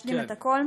להשלים את הכול,